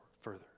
further